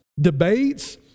debates